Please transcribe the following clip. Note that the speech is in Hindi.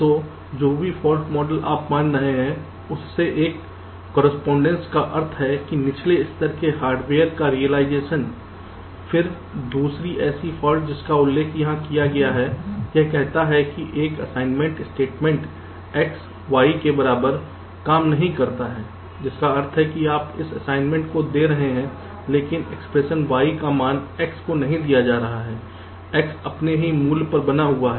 तो जो भी फॉल्ट मॉडल आप मान रहे हैं उससे एक कॉरेस्पोंडेंस का अर्थ है के निचले स्तर के हार्डवेयर का रेअलिज़शन फिर दूसरी ऐसी फॉल्ट जिसका उल्लेख यहां किया गया है यह कहता है कि एक असाइनमेंट स्टेटमेंट X Y के बराबर काम नहीं करता है जिसका अर्थ है कि आप इस असाइनमेंट को दे रहे हैं लेकिन एक्सप्रेशन Y का मान X को नहीं दिया जा रहा है X अपने ही मूल्य पर बना हुआ है